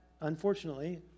unfortunately